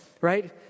Right